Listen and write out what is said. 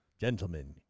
Gentlemen